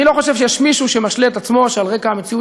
אני לא חושב שיש מישהו שמשלה את עצמו שעל רקע המציאות